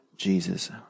Jesus